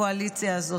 הקואליציה הזאת,